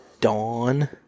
Dawn